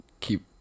keep